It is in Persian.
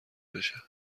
بشه